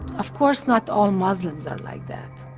of course not all muslims are like that,